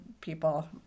people